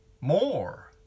more